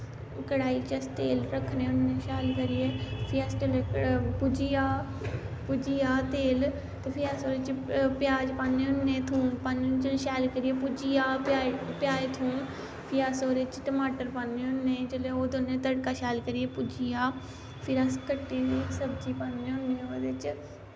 कड़ाही च अस तेल रक्खने होन्ने शाल करियै फ्ही तेल जिसलै भुज्जी जा भुज्जी जा तेल ते फ्ही अस ओह्दे च प्याज पान्ने होन्ने थूंम पान्ने होन्ने जिसलै शैल करियै भुज्जी जा प्याज थूंम फ्ही अस ओह्दे च टमाटर पान्ने होन्ने जेल्ले ओह् दोने तड़का शैल करियै भुज्जी जा फिर अस कट्टी दी ओह् सब्जी पान्ने होन्ने ओह्दे च